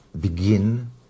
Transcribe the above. begin